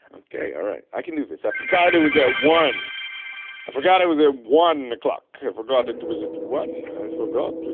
okay all right i can do this i forgot it was that one i forgot it was at one o'clock i forgot it was it one i forgot